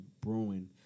brewing